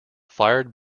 fired